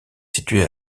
situé